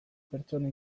pertsona